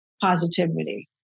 positivity